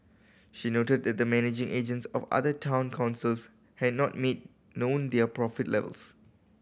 she noted that the managing agents of other town councils had not made known their profit levels